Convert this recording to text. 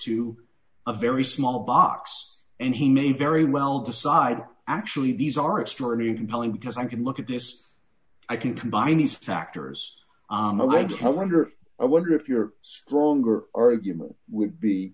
to a very small box and he may very well decide actually these are extraordinary compelling because i can look at this i can combine these factors like how wonder i wonder if your stronger argument would be